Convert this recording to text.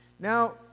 Now